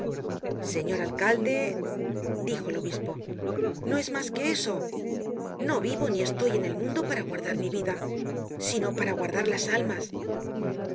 señor alcalde dijo el obispo no es mas que eso no vivo ni estoy en el mundo para guardar mi vida sino para guardar las almas